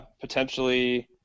potentially